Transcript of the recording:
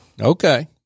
Okay